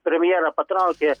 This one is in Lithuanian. premjerą patraukė